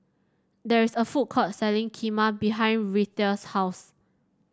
there is a food court selling Kheema behind Reatha's house